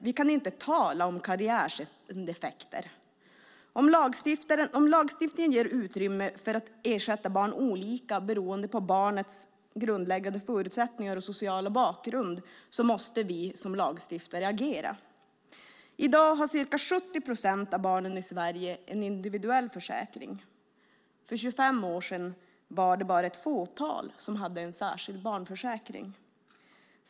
Vi kan inte tala om "barn med karriäreffekt"! Om lagstiftningen ger utrymme för att ersätta barn olika beroende på barnets grundläggande förutsättningar och sociala bakgrund måste vi som lagstiftare agera. I dag har ca 70 procent av barnen i Sverige en individuell försäkring. För 25 år sedan var det bara ett fåtal som hade en särskild barnförsäkring.